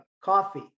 Coffee